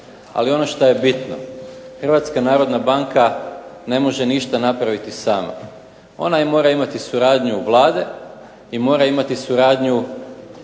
ali ono što je bitno Hrvatska narodna banka ne može ništa napraviti sama. Ona mora imati suradnju Vlade i mora imati suradnju